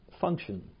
function